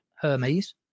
Hermes